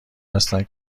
هستند